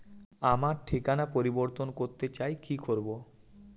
আমার ঠিকানা পরিবর্তন করতে চাই কী করব?